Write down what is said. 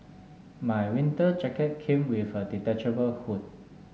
my winter jacket came with a detachable hood